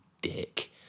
dick